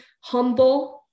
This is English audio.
humble